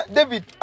David